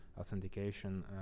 authentication